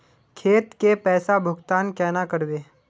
खेत के पैसा भुगतान केना करबे?